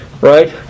right